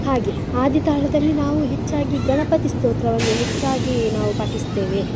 ಹಾಗೆ ಆದಿತಾಳದಲ್ಲಿ ನಾವು ಹೆಚ್ಚಾಗಿ ಗಣಪತಿ ಸ್ತೋತ್ರವನ್ನು ಹೆಚ್ಚಾಗಿ ನಾವು ಪಠಿಸ್ತೇವೆ